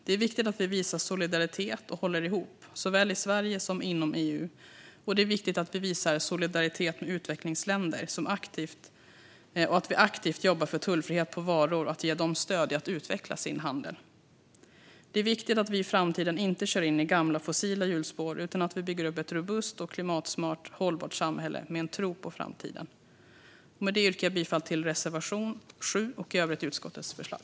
Det är viktigt att vi visar solidaritet och håller ihop, såväl i Sverige som inom EU. Det är viktigt att vi visar solidaritet med utvecklingsländer och att vi aktivt jobbar för tullfrihet på varor och för att ge dem stöd att utveckla sin handel. Det är viktigt att vi i framtiden inte kör in i gamla fossila hjulspår utan bygger upp ett robust och klimatsmart hållbart samhälle med en tro på framtiden. Med det yrkar jag bifall till reservation 7 och i övrigt till utskottets förslag.